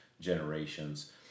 generations